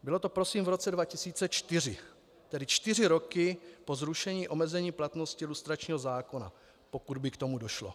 Bylo to prosím v roce 2004, tedy čtyři roky po zrušení omezení platnosti lustračního zákona pokud by k tomu došlo.